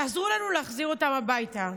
תעזרו לנו להחזיר אותם הביתה.